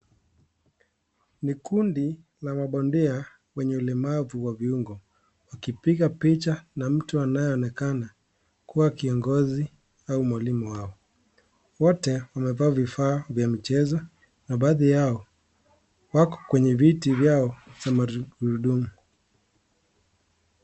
Ni kundi la mabandia wenye ulemavu wa viungo wakipiga picha na mtu anayeonekana kuwa kiongozi au mwalimu wao, wote wamevaa vifaa vya mchezo na baadhi yao wako kwenye viti vyao za magurudumu.